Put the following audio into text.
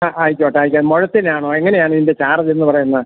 ആ ആയിക്കോട്ടെ ആയിക്കോട്ടെ മുഴത്തിനാണോ എങ്ങനെയാണിതിൻ്റെ ചാർജെന്ന് പറയുന്നേത്